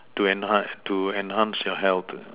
to enh~ enhance your health